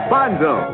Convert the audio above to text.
Bonzo